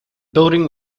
building